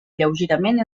lleugerament